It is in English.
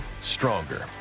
stronger